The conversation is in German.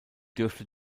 dürfte